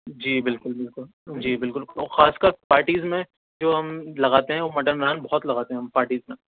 جی بالکل بالکل جی بالکل اور خاص کر پارٹیز میں جو ہم لگاتے ہیں وہ مٹن ران بہت لگاتے ہیں ہم پارٹیز میں